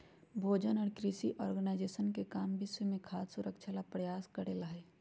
भोजन और कृषि ऑर्गेनाइजेशन के काम विश्व में खाद्य सुरक्षा ला प्रयास करे ला हई